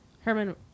Herman